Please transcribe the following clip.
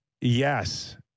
Yes